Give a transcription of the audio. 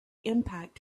impact